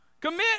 Commit